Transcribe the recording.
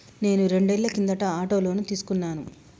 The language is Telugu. నేను రెండేళ్ల కిందట ఆటో లోను తీసుకున్నాను